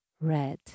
red